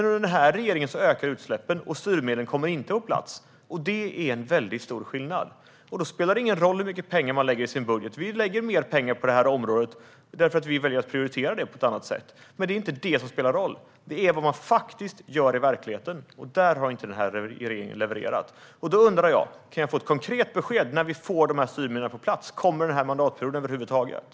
Under denna regering ökar utsläppen och styrmedlen kommer inte på plats, vilket är en väldigt stor skillnad. Då spelar det ingen roll hur mycket pengar man avsätter i sin budget. Vi lägger mer pengar på detta område, därför att vi väljer att prioritera det på ett annat sätt. Men det är inte detta som spelar roll, utan det som spelar roll är vad man faktiskt gör i verkligheten, och där har den här regeringen inte levererat. Då undrar jag om jag kan få ett konkret besked om när vi får dessa styrmedel på plats. Kommer det att ske under denna mandatperiod?